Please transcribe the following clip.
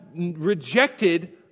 rejected